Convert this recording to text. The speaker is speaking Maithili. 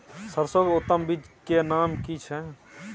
सरसो के उत्तम बीज के नाम की छै?